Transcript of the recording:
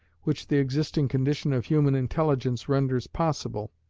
which the existing condition of human intelligence renders possible,